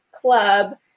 club